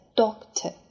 doctor